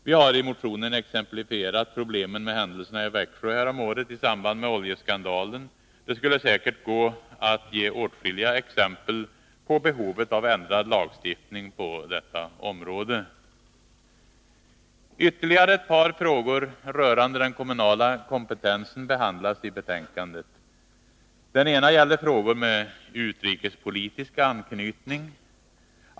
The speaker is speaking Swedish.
Vi har i motionen exemplifierat problemen med händelserna i Växjö häromåret i samband med oljeskandalen. Det skulle säkert gå att ge åtskilliga exempel på behovet av ändrad lagstiftning på detta område. Ytterligare ett par frågor rörande den kommunala kompetensen behandlas i betänkandet. Den ena gäller frågor med utrikespolitisk anknytning.